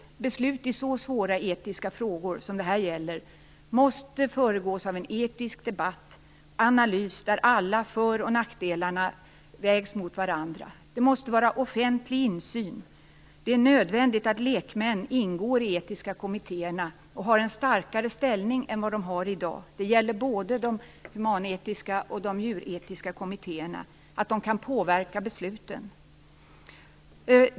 Beslut i så svåra etiska frågor som det här gäller måste föregås av en etisk debatt och en analys där alla för och nackdelar vägs mot varandra. Det måste vara offentlig insyn. Det är nödvändigt att lekmän ingår i de etiska kommittéerna och har en starkare ställning än vad de har i dag. Det gäller både de humanetiska och de djuretiska kommittéerna så att lekmän kan påverka besluten.